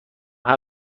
همه